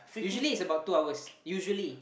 usually it's about two hours usually